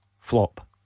flop